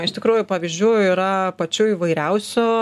iš tikrųjų pavyzdžių yra pačių įvairiausių